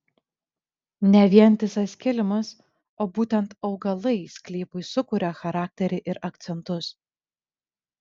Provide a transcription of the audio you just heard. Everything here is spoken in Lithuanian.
ne vientisas kilimas o būtent augalai sklypui sukuria charakterį ir akcentus